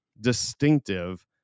distinctive